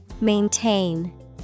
Maintain